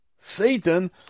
Satan